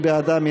מי בעדה?